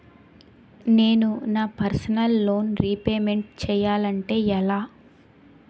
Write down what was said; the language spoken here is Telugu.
నేను నా పర్సనల్ లోన్ రీపేమెంట్ చేయాలంటే ఎలా?